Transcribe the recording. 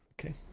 okay